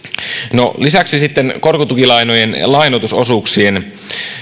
no sitten korkotukilainojen lainoitusosuuksiin